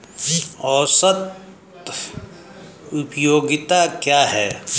औसत उपयोगिता क्या है?